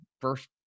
first